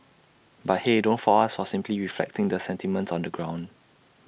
but hey don't fault us for simply reflecting the sentiments on the ground